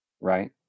right